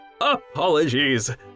apologies